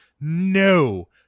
no